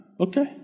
Okay